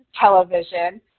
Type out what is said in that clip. television